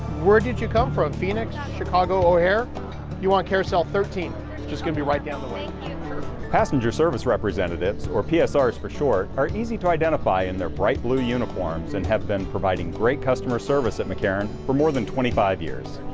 where did you come from phoenix chicago o'hare you want carousel thirteen just gonna be right down the way passenger service representatives or ah psrs for short are easy to identify in their bright blue uniforms and have been providing great customer service at mccarran for more than twenty five years